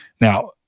Now